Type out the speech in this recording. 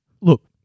Look